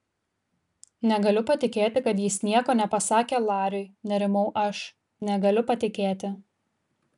negaliu patikėti kad jis nieko nepasakė lariui nerimau aš negaliu patikėti